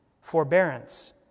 forbearance